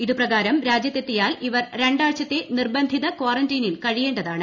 ഇതുപ്രകാരം രാജ്യത്തെത്തിയാൽ ഇവർ രണ്ടാഴ്ചത്തെ നിർബന്ധിത ക്വാറന്റീനിൽ കഴിയേണ്ടതാണ്